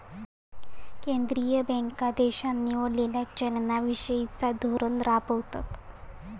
केंद्रीय बँका देशान निवडलेला चलना विषयिचा धोरण राबवतत